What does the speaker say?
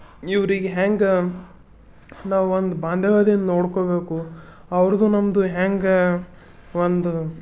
ಇವ್ರಿಗೆ ಹೆಂಗೆ ನಾವು ಒಂದು ಬಾಂಧವ್ಯದಿಂದ ನೋಡ್ಕೋಬೇಕು ಅವ್ರದು ನಮ್ಮದು ಹೆಂಗೆ ಒಂದು